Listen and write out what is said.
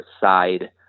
side